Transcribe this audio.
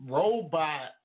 robot